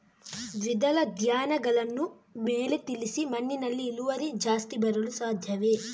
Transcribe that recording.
ದ್ವಿದಳ ಧ್ಯಾನಗಳನ್ನು ಮೇಲೆ ತಿಳಿಸಿ ಮಣ್ಣಿನಲ್ಲಿ ಇಳುವರಿ ಜಾಸ್ತಿ ಬರಲು ಸಾಧ್ಯವೇ?